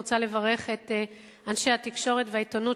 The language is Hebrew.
אני רוצה לברך את אנשי התקשורת והעיתונות,